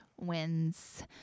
wins